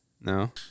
No